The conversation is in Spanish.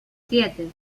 siete